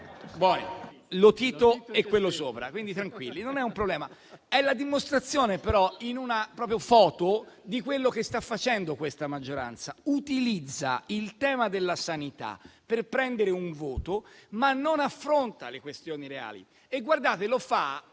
Lotito è quello sopra, quindi tranquilli, non è un problema. È però la dimostrazione, in una foto, di quello che sta facendo questa maggioranza: utilizza il tema della sanità per prendere un voto, ma non affronta le questioni reali, facendolo a